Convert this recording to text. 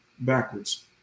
Backwards